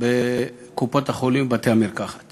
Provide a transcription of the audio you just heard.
בקופות-החולים ובבתי-המרקחת